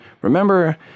remember